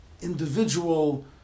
individual